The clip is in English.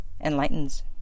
enlightens